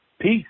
Peace